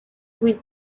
oui